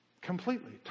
completely